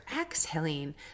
exhaling